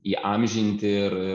įamžinti ir